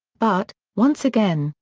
but, once again,